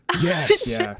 yes